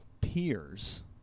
peers